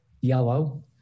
yellow